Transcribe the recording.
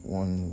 one